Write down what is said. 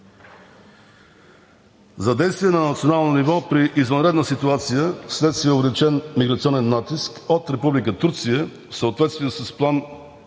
За действия на национално ниво при извънредна ситуация вследствие увеличен миграционен натиск от Република Турция, в съответствие с План,